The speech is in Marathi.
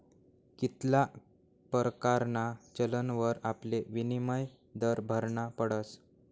कित्ला परकारना चलनवर आपले विनिमय दर भरना पडस